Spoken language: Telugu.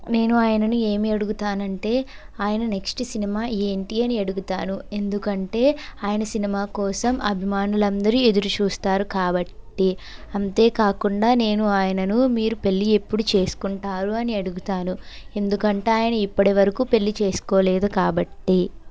నేను ఆయనను ఏమీ అడుగుతానంటే ఆయన నెక్స్ట్ సినిమా ఏంటి అని అడుగుతాను ఎందుకంటే ఆయన సినిమా కోసం అభిమానులందరూ ఎదురుచూస్తారు కాబట్టి అంతే కాకుండా నేను ఆయనను మీరు పెళ్లి ఎప్పుడు చేసుకుంటారు అని అడుగుతాను ఎందుకంటే ఆయన ఇప్పటివరకు పెళ్లి చేసుకోలేదు కాబట్టి